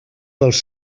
dels